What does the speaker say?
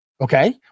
Okay